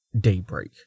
Daybreak